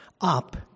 up